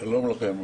שלום לכם.